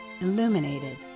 illuminated